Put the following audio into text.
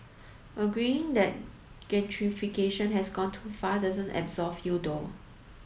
agreeing that gentrification has gone too far doesn't absolve you though